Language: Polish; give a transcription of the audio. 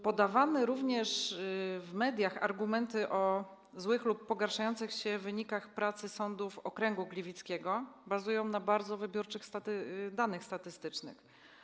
Podawane również w mediach argumenty o złych lub pogarszających się wynikach pracy sądów okręgu gliwickiego bazują na bardzo wybiórczych danych statystycznych.